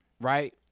right